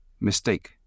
Mistake